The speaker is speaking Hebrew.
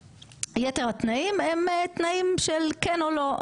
יתר התנאים הם תנאים של כן או לא,